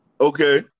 Okay